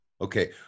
okay